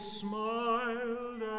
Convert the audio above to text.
smiled